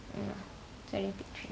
it's already three